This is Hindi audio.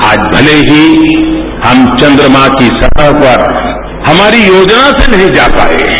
आज भले ही हम चंन्द्रमा की सतह पर हमारी योजना से नहीं जा पाये